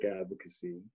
advocacy